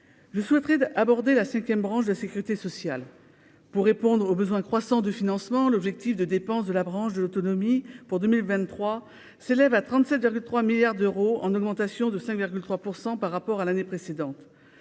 je souhaiterais d'aborder la 5ème, branche de la Sécurité sociale pour répondre aux besoins croissants de financement, l'objectif de dépense de la branche de l'autonomie, pour 2023 s'élève à 37 virgule 3 milliards d'euros, en augmentation de 5,3 % par rapport à l'année précédente,